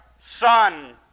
son